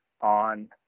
on